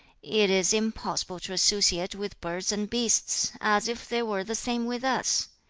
it is impossible to associate with birds and beasts, as if they were the same with us.